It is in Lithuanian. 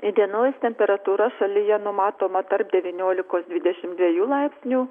įdienojus temperatūra šalyje numatoma tarp devyniolikos dvidešimt dviejų laipsnių